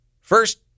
first